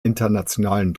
internationalen